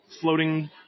floating